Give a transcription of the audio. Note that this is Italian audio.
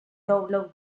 download